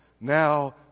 Now